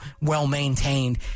well-maintained